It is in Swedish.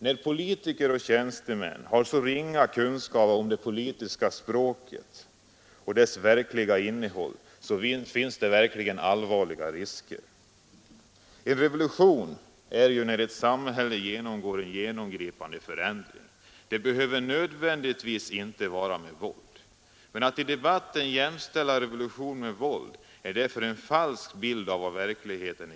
När politiker och tjänstemän har så ringa kunskap om det politiska språket och dess egentliga innehåll, finns det verkligen allvarliga risker. En revolution är ju när ett samhälle genomgår en genomgripande förändring. Den behöver inte nödvändigtvis ske med våld. Att i debatten jämställa revolution med våld är därför en falsk bild av verkligheten.